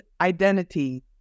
identity